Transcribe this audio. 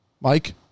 Mike